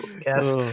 guess